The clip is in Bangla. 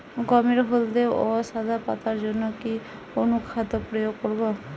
গমের হলদে ও সাদা পাতার জন্য কি অনুখাদ্য প্রয়োগ করব?